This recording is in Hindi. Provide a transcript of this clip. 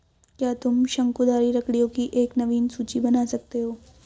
क्या तुम शंकुधारी लकड़ियों की एक नवीन सूची बना सकते हो?